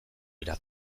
dira